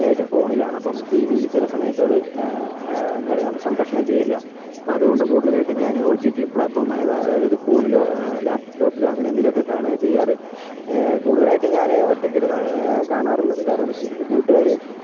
കൂടുതലായിട്ടും ഫോണിലാണ് അപ്പം ടി വില് ചില സമയത്തു അത് എന്താ പറയാ അത് സംപ്രേക്ഷണം ചെയ്യില്ല അപ്പോൾ അതുകൊണ്ട് കൂടുതലായിട്ടും ഞാൻ ഞാൻ ഒ ടി ടി പ്ലാറ്റ്ഫോമിൽ അതായത് ഫോണിലോ ലാപ്ടോപ്പിലോ അങ്ങനെ എന്തെലും ഒക്കെ കാണാനെൽ ചെയ്യാറ് കൂടുതലായിട്ട് ഞാൻ ഒറ്റക്ക് ഇരുന്നാണ് കാണാറുള്ളത് കാരണം എന്താന്ന് വെച്ച് കഴിഞ്ഞാൽ കൂട്ടുകാർ